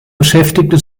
beschäftigte